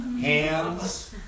hands